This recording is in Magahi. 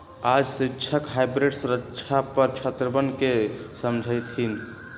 आज शिक्षक हाइब्रिड सुरक्षा पर छात्रवन के समझय थिन